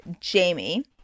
Jamie